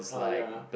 uh ya